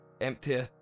empty